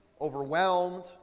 overwhelmed